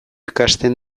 ikasten